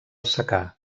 secà